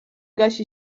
gasi